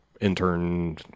intern